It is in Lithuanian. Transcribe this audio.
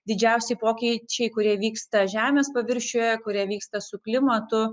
didžiausi pokyčiai kurie vyksta žemės paviršiuje kurie vyksta su klimatu